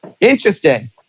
Interesting